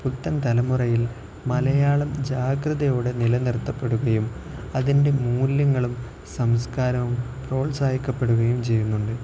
പുത്തൻ തലമുറയിൽ മലയാളം ജാഗ്രതയോടെ നിലനിർത്തപ്പെടുകയും അതിൻ്റെ മൂല്യങ്ങളും സംസ്കാരവും പ്രോത്സാഹിപ്പിക്കപ്പെടുകയും ചെയ്യുന്നുണ്ട്